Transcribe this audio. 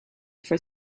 for